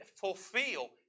fulfill